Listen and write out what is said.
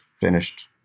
finished